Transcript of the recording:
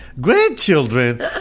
grandchildren